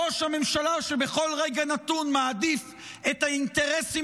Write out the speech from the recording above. ראש הממשלה שבכל רגע נתון מעדיף את האינטרסים